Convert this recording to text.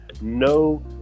No